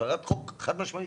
הפרת חוק, חד משמעית.